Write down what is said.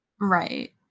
Right